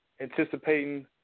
anticipating